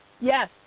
Yes